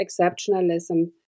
exceptionalism